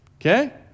Okay